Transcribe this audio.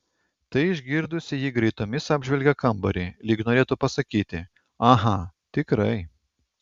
tai išgirdusi ji greitomis apžvelgia kambarį lyg norėtų pasakyti aha tikrai